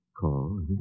call